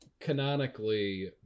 Canonically